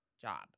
job